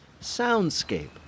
soundscape